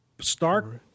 Stark